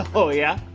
oh, yeah?